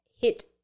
hit